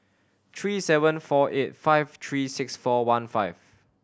three seven four eight five three six four one five